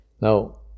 Now